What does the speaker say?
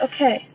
Okay